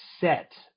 set